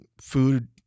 food